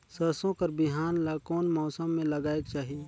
सरसो कर बिहान ला कोन मौसम मे लगायेक चाही?